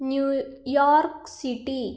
New York City